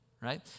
right